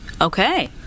Okay